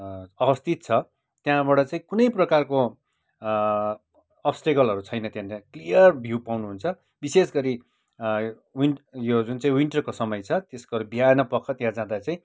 अवस्थित छ त्यहाँबाट चाहिँ कुनै प्रकारको अब्सटेकलहरू छैन त्यहाँनिर क्लियर भ्यु पाउनुहुन्छ विशेष गरी विन यो जुन चाहिँ विन्टरको समय छ त्यसको बिहानपख त्यहाँ जाँदा चाहिँ